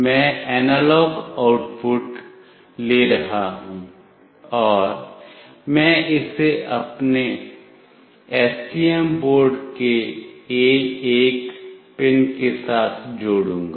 मैं analogue output ले रहा हूं और मैं इसे अपने एसटीएम बोर्ड के A1 पिन के साथ जोड़ूंगा